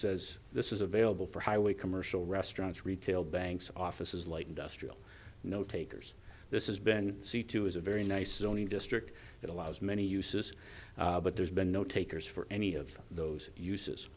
says this is available for highway commercial restaurants retail banks offices light industrial no takers this is been c two is a very nice zoning district that allows many uses but there's been no takers for any of those uses